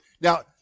Now